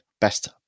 best